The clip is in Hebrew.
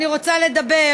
אני רוצה לדבר